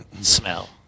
Smell